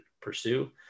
pursue